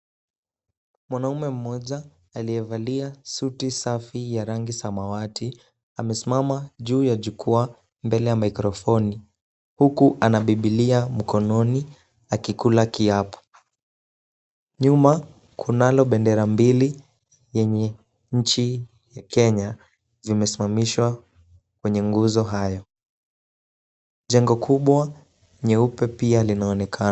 Mwanaume mmoja aliyevalia suti safi ya rangi samawati amesimama juu ya jukwaa mbele ya mikrofoni huku ana biblia mkononi akikula kiapo. Nyuma kunalo bendera mbili yenye nchi ya Kenya zimesimamishwa kwenye nguzo hayo. Jengo kubwa nyeupe pia linaonekana.